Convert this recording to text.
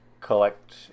collect